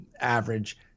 average